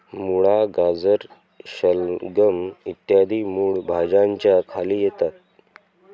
मुळा, गाजर, शलगम इ मूळ भाज्यांच्या खाली येतात